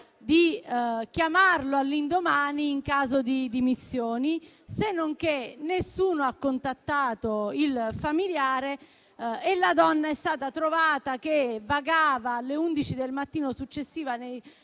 di chiamarlo all'indomani in caso di dimissioni; sennonché nessuno ha contattato il familiare e la donna è stata trovata vagare alle ore 11 del mattino successivo nei